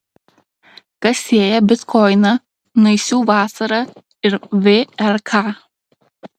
kas sieja bitkoiną naisių vasarą ir vrk